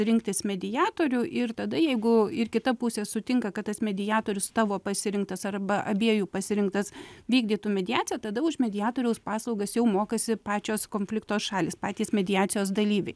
rinktis mediatorių ir tada jeigu ir kita pusė sutinka kad tas mediatorius tavo pasirinktas arba abiejų pasirinktas vykdytų mediaciją tada už mediatoriaus paslaugas jau mokasi pačios konflikto šalys patys mediacijos dalyviai